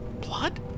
Blood